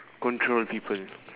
control the people